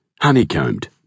honeycombed